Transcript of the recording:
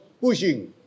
pushing